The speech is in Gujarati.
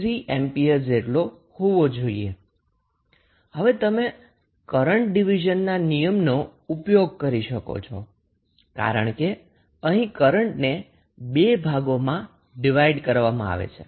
હવે તમે કરન્ટ ડિવિઝનના નિયમનો ઉપયોગ કરી શકો છો કારણ કે અહીં કરન્ટને 2 ભાગોમાં ડિવાઈડ કરવામાં આવે છે